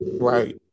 Right